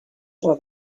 will